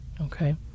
okay